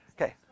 Okay